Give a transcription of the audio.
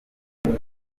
nyuma